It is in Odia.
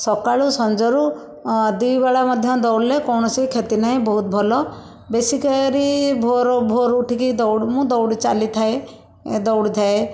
ସକାଳୁ ସଞ୍ଜରୁ ଦୁଇ ବେଳା ମଧ୍ୟ ଦୌଡ଼ିଲେ କୌଣସି କ୍ଷତି ନାହିଁ ବହୁତ ଭଲ ବେଶିକରି ଭୋର ଭୋରରୁ ଉଠିକି ଦୌଡ଼ି ମୁଁ ଦୌଡ଼ି ଚାଲିଥାଏ ଥାଏ ଦୌଡ଼ି ଥାଏ